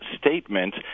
statement